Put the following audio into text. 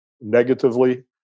negatively